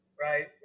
right